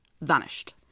vanished